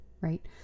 right